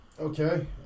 Okay